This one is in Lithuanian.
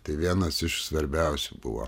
tai vienas iš svarbiausių buvo